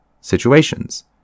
situations